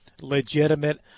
legitimate